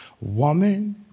woman